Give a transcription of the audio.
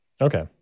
Okay